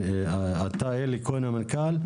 אתה אלי כהן, המנכ"ל?